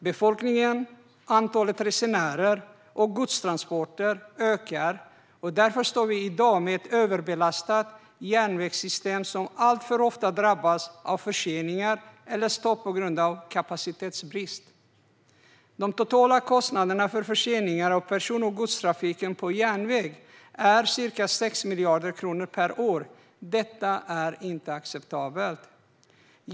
Befolkningen, antalet resenärer och godstransporter ökar. Därför står vi i dag med att överbelastat järnvägssystem som alltför ofta drabbas av förseningar eller stopp på grund av kapacitetsbrist. De totala kostnaderna för förseningar av person och godstrafiken på järnväg är ca 6 miljarder kronor per år. Detta är inte acceptabelt.